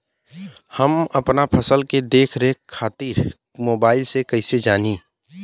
हम अपना फसल के देख रेख खातिर मोबाइल से कइसे जानी?